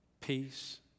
peace